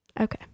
Okay